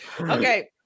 Okay